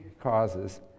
causes